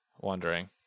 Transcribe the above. wondering